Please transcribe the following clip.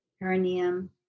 perineum